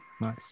Nice